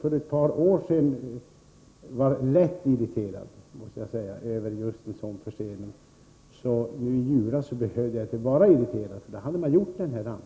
För ett par år sedan var jag, det måste jag säga, lätt irriterad över just förseningar av nämnda slag. I julas behövde jag emellertid inte vara irriterad, eftersom man åstadkommit en